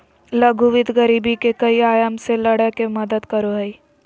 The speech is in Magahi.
लघु वित्त गरीबी के कई आयाम से लड़य में मदद करो हइ